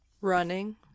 Running